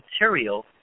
material